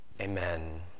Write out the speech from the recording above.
Amen